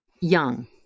Young